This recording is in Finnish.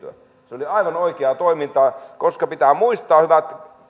oli aivan oikeaa toimintaa koska pitää muistaa hyvät